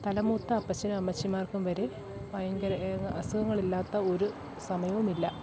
തലമൂത്ത അപ്പച്ചനും അമ്മച്ചിമാർക്കും വരെ ഭയങ്കര അസുഖങ്ങളില്ലാത്ത ഒരു സമയവും ഇല്ല